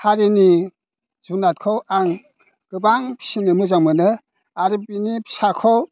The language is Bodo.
हारिनि जुनादखौ आं गोबां फिसिनो मोजां मोनो आरो बिनि फिसाखौ